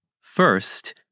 First